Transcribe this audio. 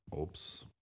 oops